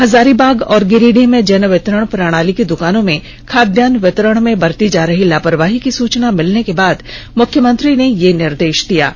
हजारीबाग और गिरिडीह में जनवितरण प्रणाली की दुकानों में खाद्यान्न वितरण में बरती जा रही लापरवाही की सूचना मिलने के बाद मुख्यमंत्री ने यह निर्देष दिया है